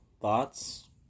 thoughts